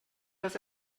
das